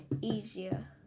easier